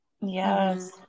Yes